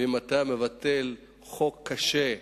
ואם אתה מבטל חוק קשה,